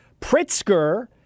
Pritzker